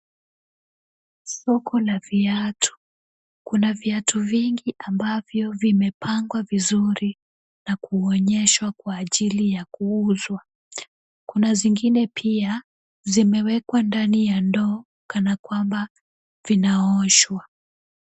Soko la viatu. Kuna viatu vingi ambavyo vimepangwa vizuri na kuonyeshwa kwa ajili ya kuuzwa. Kuna zingine pia zimewekwa ndani ya ndoo kana kwamba vinaoshwa.